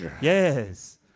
Yes